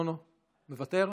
מוותר?